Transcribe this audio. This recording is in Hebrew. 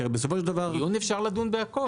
כי הרי בסופו של דבר -- דיון אפשר לדון בהכל.